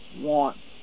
want